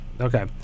Okay